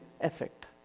effect